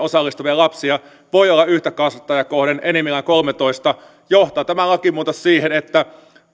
osallistuva lapsia voi olla yhtä kasvattajaa kohden enimmillään kolmetoista johtaa tämä lakimuutos siihen että